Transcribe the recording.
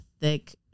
thick